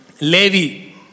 Levi